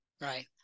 Right